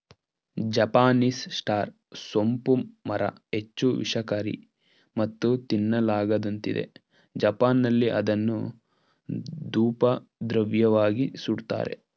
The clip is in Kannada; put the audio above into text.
ಜಪಾನೀಸ್ ಸ್ಟಾರ್ ಸೋಂಪು ಮರ ಹೆಚ್ಚು ವಿಷಕಾರಿ ಮತ್ತು ತಿನ್ನಲಾಗದಂತಿದೆ ಜಪಾನ್ನಲ್ಲಿ ಅದನ್ನು ಧೂಪದ್ರವ್ಯವಾಗಿ ಸುಡ್ತಾರೆ